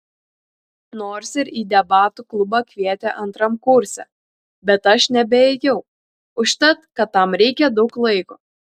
nors ir į debatų klubą kvietė antram kurse bet aš nebeėjau užtat kad tam reikia daug laiko